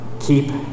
keep